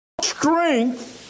strength